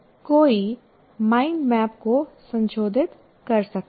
तो कोई mind map को संशोधित कर सकता है